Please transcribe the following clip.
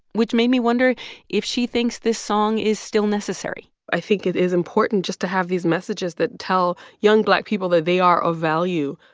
which made me wonder if she thinks this song is still necessary i think it is important just to have these messages that tell young black people that they are of value.